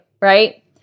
right